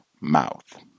mouth